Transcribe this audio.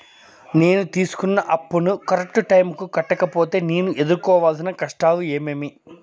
నేను తీసుకున్న అప్పును కరెక్టు టైముకి కట్టకపోతే నేను ఎదురుకోవాల్సిన కష్టాలు ఏమీమి?